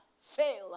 fail